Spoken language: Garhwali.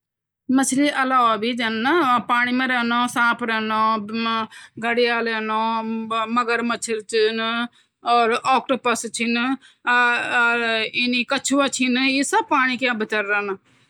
जो यु हमिंग बर्ड पक्छी चीन बल वो बहुत डीरे डीरे चलके अपना पंखो को तेज़ तेज़ चलुँड जे से वो बेटे ऊर्जा मिलन्दी गर्मी मिलेंदी तोह वो वे गर्मी बने बने की थकड़ि नई ची वो बहुत देर टक्क उडी सकद |